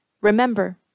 remember